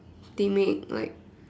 they made like